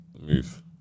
move